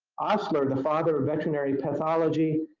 osler, the father of veterinary pathology,